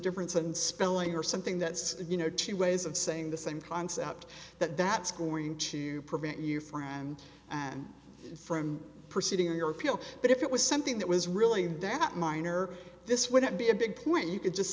difference and spelling or something that's you know two ways of saying the same concept that that's going to prevent you friend and from proceeding on your appeal but if it was something that was really that minor this wouldn't be a big point you could just